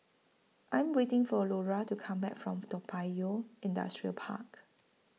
I Am waiting For Lura to Come Back from Toa Payoh Industrial Park